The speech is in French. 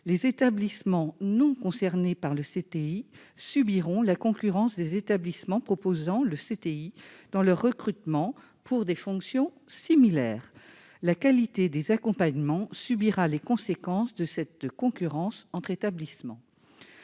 les établissements non concernés par le CTI subiront la concurrence des établissements qui le proposent lorsqu'ils recruteront à des fonctions similaires. La qualité des accompagnements pâtira de cette concurrence entre établissements.